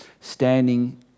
standing